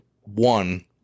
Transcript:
one